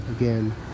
again